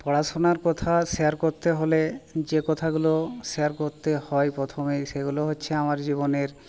পড়াশুনার কথা শেয়ার করতে হলে যে কথাগুলো শেয়ার করতে হয় প্রথমেই সেগুলো হচ্ছে আমার জীবনের